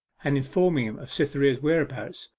and informing him of cytherea's whereabouts,